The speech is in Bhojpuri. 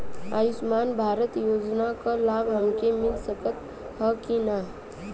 आयुष्मान भारत योजना क लाभ हमके मिल सकत ह कि ना?